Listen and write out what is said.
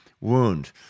wound